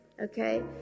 Okay